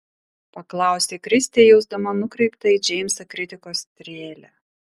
paklausė kristė jausdama nukreiptą į džeimsą kritikos strėlę